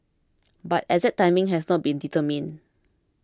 but exact timing has not been determined